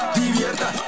divierta